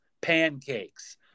pancakes